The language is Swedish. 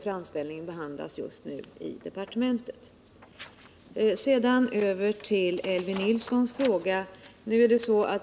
Framställningen behandlas just nu i departementet. Jag övergår så till Elvy Nilssons fråga.